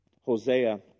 Hosea